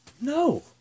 No